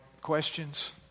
questions